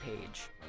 page